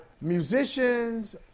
musicians